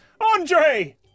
Andre